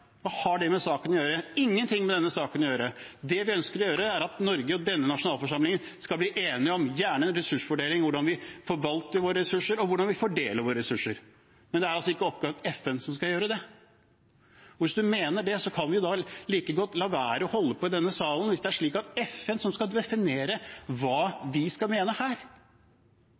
har det med saken å gjøre? Det har ingenting med denne saken å gjøre. Det vi ønsker, er at Norge og denne nasjonalforsamlingen skal bli enige om en ressursfordeling, hvordan vi forvalter våre ressurser, og hvordan vi fordeler våre ressurser. Det er ikke FN som skal gjøre det. Hvis man mener det, kan man like godt la være å holde på i denne salen – hvis det er slik at det er FN som skal definere hva vi skal mene her.